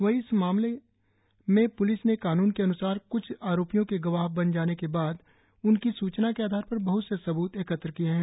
वहीं इस मामले में प्लिस ने कानून के अन्सार क्छ आरोपियों के गवाह बन जाने के बाद उनकी सूचना की आधार पर बह्त से सबूत एकत्र किए है